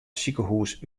sikehûs